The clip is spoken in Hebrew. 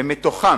ומתוכן